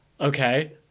okay